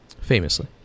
Famously